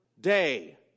day